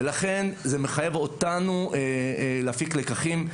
ולכן זה מחייב אותנו להפיק לקחים,